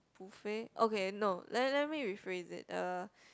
buffet okay no let let me rephrase it uh